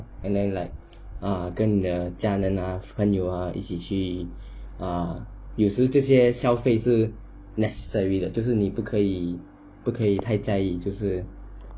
and then like ah 跟你的家人 ah 朋友 ah 一起去 ah 有时候这些消费是 necessary 的就是你不可以不可以太在意就是